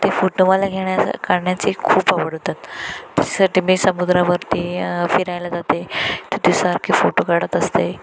ते फोटो मला घेण्यास काढण्याची खूप आवडतात त्यासाठी मी समुद्रावरती फिरायला जाते तिथे सारखे फोटो काढत असते